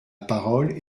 parole